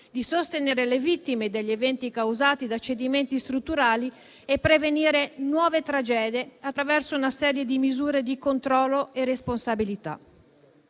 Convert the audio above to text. di sostenere le vittime degli eventi causati da cedimenti strutturali e prevenire nuove tragedie attraverso una serie di misure di controllo e responsabilità.